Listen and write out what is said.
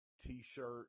t-shirt